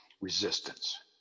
resistance